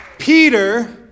Peter